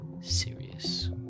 serious